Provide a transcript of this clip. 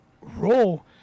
role